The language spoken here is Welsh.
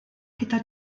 gyda